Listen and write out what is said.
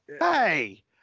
hey